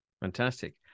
Fantastic